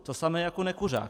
To samé jako nekuřák.